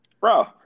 Bro